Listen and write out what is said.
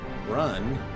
run